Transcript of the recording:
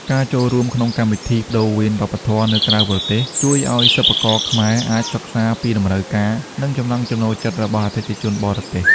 ការចូលរួមក្នុងកម្មវិធីប្តូរវេនវប្បធម៌នៅក្រៅប្រទេស ជួយឱ្យសិប្បករខ្មែរអាចសិក្សាពីតម្រូវការ និងចំណង់ចំណូលចិត្តរបស់អតិថិជនបរទេស។